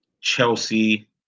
Chelsea